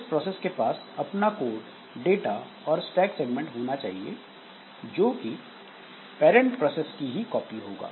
इस प्रोसेस के पास अपना कोड डाटा और स्टैक सेगमेंट होना चाहिए जोकि पैरंट प्रोसेस की कॉपी होगा